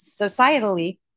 societally